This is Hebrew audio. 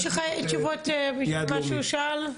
יש לך תשובות בשביל מה שהוא שאל?